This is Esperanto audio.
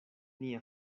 nia